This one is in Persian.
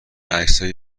عکسهای